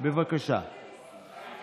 שמתבונן במה שכתוב בחוק ומה המצב של החוק היום,